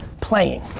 playing